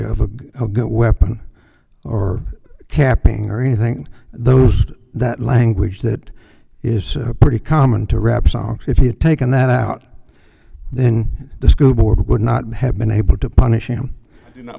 a weapon or capping or anything those that language that is pretty common to rap songs if he had taken that out then the school board would not have been able to punish him